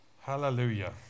Hallelujah